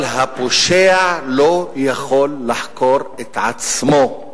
אבל הפושע לא יכול לחקור את עצמו,